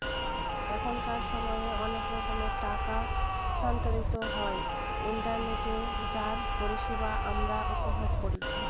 এখনকার সময় অনেক রকমের টাকা স্থানান্তর হয় ইন্টারনেটে যার পরিষেবা আমরা উপভোগ করি